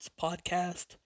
podcast